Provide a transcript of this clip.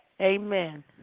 Amen